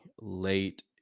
late